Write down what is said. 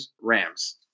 Rams